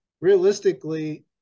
realistically